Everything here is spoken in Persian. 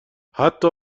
حتی